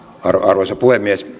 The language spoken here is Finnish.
arvoisa puhemies